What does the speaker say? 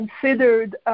considered